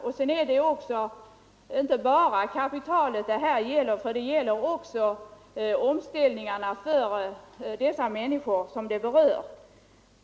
Vidare är det ju inte bara fråga om själva kapitalet utan också om de människor som berörs av omställningarna.